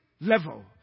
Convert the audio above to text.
level